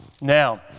Now